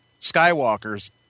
Skywalker's